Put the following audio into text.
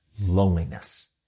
loneliness